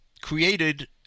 created